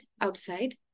outside